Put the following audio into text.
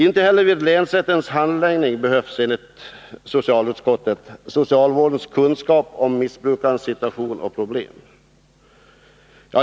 Inte heller vid länsrättens handläggning behövs enligt utskottet socialvårdens kunskap om missbrukarens situation och problem.